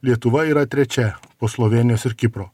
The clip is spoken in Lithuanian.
lietuva yra trečia po slovėnijos ir kipro